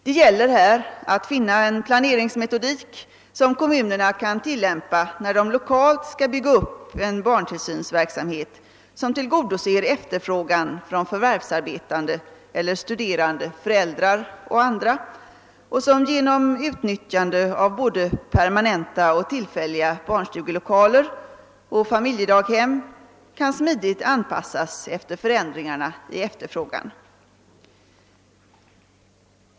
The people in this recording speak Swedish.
Här gäller det att finna en planeringsmetodik som kommunerna kan tillämpa när de lokalt skall bygga upp en barntillsynsverksamhet som tillgodoser efterfrågan från förvärvsarbetande eller studerande föräldrar och som genom utnyttjande av både permanenta och tillfälliga barnstugelokaler och familjedaghem smidigt kan anpassas efter förändringarna i denna efterfrågan.